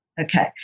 Okay